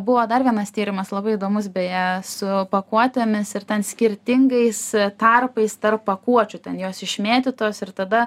buvo dar vienas tyrimas labai įdomus beje su pakuotėmis ir ten skirtingais tarpais tarp pakuočių ten jos išmėtytos ir tada